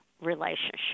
relationship